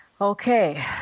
okay